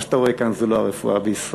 מה שאתה רואה כאן זה לא הרפואה בישראל.